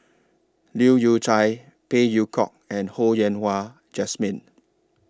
Leu Yew Chye Phey Yew Kok and Ho Yen Wah Jesmine